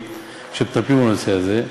שמטפלים בנושא הזה,